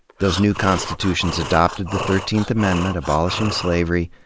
those new constitutions adopted the thirteenth amendment abolishing slavery,